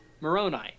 Moroni